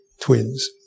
twins